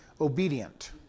obedient